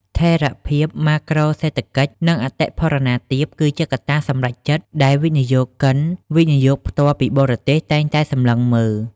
ថិរភាពម៉ាក្រូសេដ្ឋកិច្ច និងអតិផរណាទាប គឺជាកត្តាសម្រេចចិត្តដែលវិនិយោគិន វិនិយោគផ្ទាល់ពីបរទេស តែងតែសម្លឹងមើល។